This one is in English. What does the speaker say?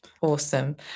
Awesome